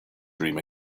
dream